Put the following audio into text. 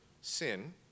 sin